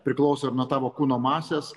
priklauso ir nuo tavo kūno masės